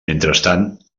mentrestant